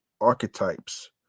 archetypes